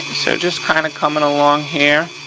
so just kind of coming along here.